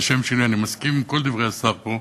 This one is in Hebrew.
ולשם שינוי אני מסכים לכל דברי השר פה,